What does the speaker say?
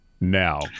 now